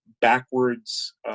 backwards